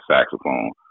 saxophone